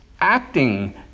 acting